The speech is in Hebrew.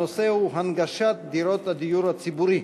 הנושא הוא: הנגשת דירות הדיור הציבורי.